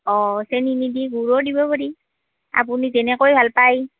অঁ চেনী নিদি গুড়ো দিব পাৰি আপুনি যেনেকৈ ভাল পাই